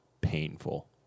painful